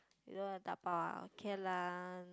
you want to dabao okay lah